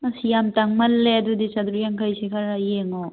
ꯑꯁ ꯌꯥꯝ ꯇꯥꯡꯃꯜꯂꯦ ꯑꯗꯨꯗꯤ ꯆꯥꯇ꯭ꯔꯨꯛ ꯌꯥꯡꯈꯩꯁꯦ ꯈꯔ ꯌꯦꯡꯉꯣ